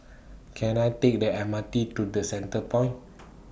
Can I Take The M R T to The Centrepoint